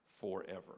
forever